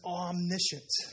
omniscient